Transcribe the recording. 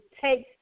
take